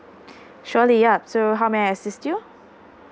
surely ya so how may I assist you